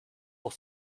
pour